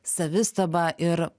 savistaba ir